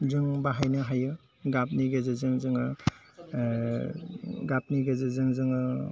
जों बाहायनो हायो गाबनि गेजेरजों जोङो गाबनि गेजेरजों जोङो